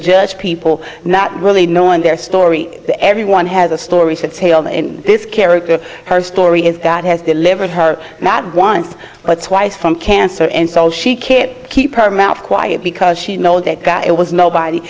judge people not really knowing their story everyone has a story said in this character her story is that has delivered her mad once or twice from cancer and so she can keep her mouth quiet because she know that that it was nobody